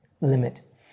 limit